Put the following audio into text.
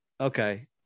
okay